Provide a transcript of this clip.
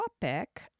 topic